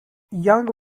young